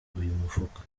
mufuka